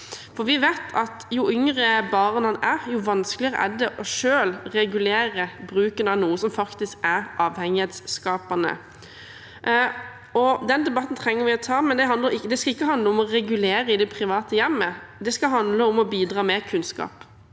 om. Vi vet at jo yngre barna er, jo vanskeligere er det for dem selv å regulere bruken av noe som faktisk er avhengighetsskapende. Den debatten trenger vi å ta. Det skal ikke handle om å regulere i det private hjemmet. Det skal handle om å bidra med kunnskap